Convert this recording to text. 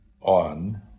on